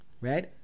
right